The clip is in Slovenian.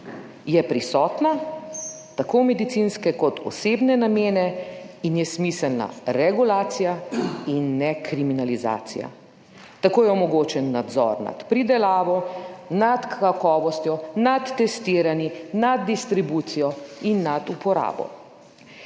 je prisotna tako medicinske kot osebne namene in je smiselna regulacija in ne kriminalizacija. Tako je omogočen nadzor nad pridelavo, nad kakovostjo, nad testiranji, nad distribucijo in nad uporabo.